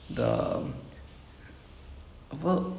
ya ya ya and he did well sia